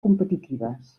competitives